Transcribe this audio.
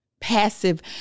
Passive